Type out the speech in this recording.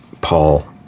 Paul